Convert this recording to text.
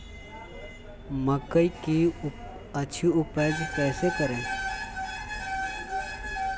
मकई की अच्छी उपज कैसे करे?